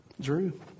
Drew